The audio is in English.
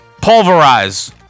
Pulverize